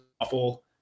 awful